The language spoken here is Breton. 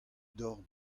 dorn